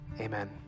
amen